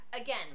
again